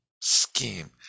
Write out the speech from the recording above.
scheme